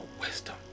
wisdom